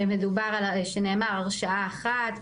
שנאמר שעה אחת,